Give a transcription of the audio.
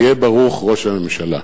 היה ברוך, ראש הממשלה.